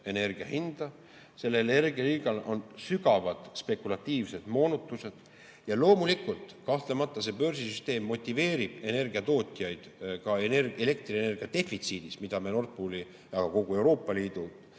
energiahinda, sellel energiahinnal on sügavad spekulatiivsed moonutused ja loomulikult, kahtlemata see börsisüsteem motiveerib energiatootjaid elektrienergia defitsiidis, milles me Nord Pooli, aga ka kogu Euroopa Liidu